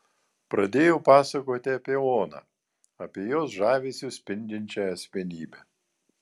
pradėjau pasakoti apie oną apie jos žavesiu spindinčią asmenybę